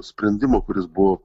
sprendimo kuris buvo